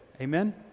Amen